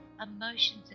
emotions